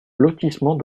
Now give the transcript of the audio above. lotissement